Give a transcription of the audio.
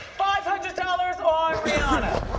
five hundred dollars on rihanna.